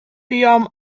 buom